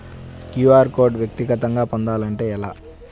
QR code వ్యక్తిగతంగా పొందాలంటే ఎలా?